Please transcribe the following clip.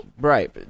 Right